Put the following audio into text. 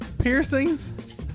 piercings